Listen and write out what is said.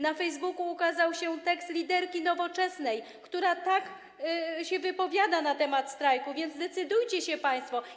Na Facebooku ukazał się tekst liderki Nowoczesnej, która tak się wypowiada na temat strajku, więc zdecydujcie się państwo.